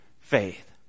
faith